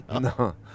no